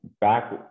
back